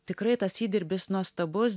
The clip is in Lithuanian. tikrai tas įdirbis nuostabus